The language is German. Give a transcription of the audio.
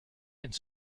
ins